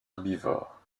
herbivore